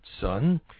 son